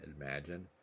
imagine